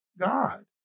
God